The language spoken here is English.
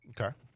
Okay